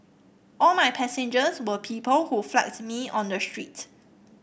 all my passengers were people who flagged me on the street